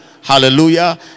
Hallelujah